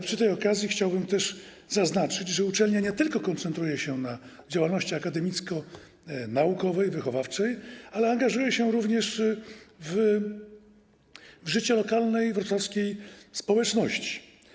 Przy tej okazji chciałbym też zaznaczyć, że uczelnia nie tylko koncentruje się na działalności akademicko-naukowej, wychowawczej, ale angażuje się również w życie lokalnej, wrocławskiej społeczności.